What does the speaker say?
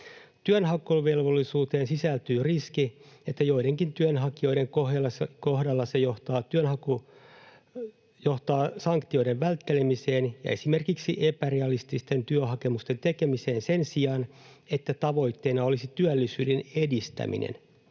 Työnhakuvelvollisuuteen sisältyy riski, että joidenkin työnhakijoiden kohdalla se johtaa sanktioiden välttelemiseen ja esimerkiksi epärealististen työhakemusten tekemiseen sen sijaan, että tavoitteena olisi työllisyyden edistäminen,